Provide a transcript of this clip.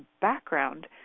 background